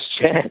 Chance